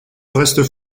restes